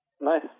nice